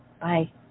bye